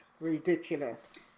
ridiculous